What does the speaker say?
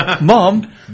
Mom